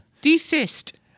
Desist